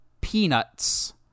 peanuts